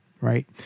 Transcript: right